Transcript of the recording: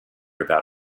about